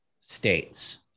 states